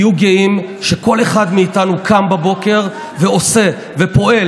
תהיו גאים שכל אחד מאיתנו קם בבוקר ועושה ופועל